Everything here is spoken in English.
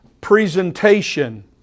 presentation